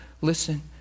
listen